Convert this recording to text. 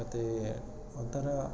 ಮತ್ತು ಒಂಥರ